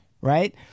right